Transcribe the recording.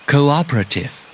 Cooperative